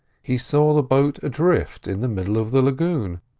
he saw the boat adrift in the middle of the lagoon,